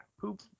poop